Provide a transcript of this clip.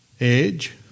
edge